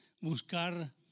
buscar